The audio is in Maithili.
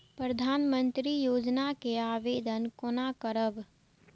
प्रधानमंत्री योजना के आवेदन कोना करब?